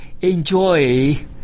Enjoy